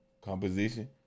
composition